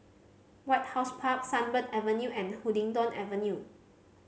White House Park Sunbird Avenue and Huddington Avenue